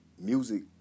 music